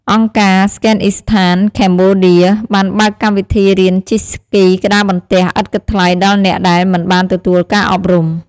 អង្គការ ស្កេតអុីសថាន ខេមបូឌា Skateistan Cambodia បានបើកកម្មវិធីរៀនជិះស្គីក្ដារបន្ទះឥតគិតថ្លៃដល់អ្នកដែលមិនបានទទួលការអប់រំ។